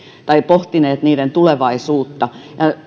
tai pohtineet niiden tulevaisuutta